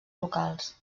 locals